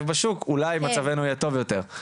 בשוק אז גם אולי מצבינו יהיה טוב יותר.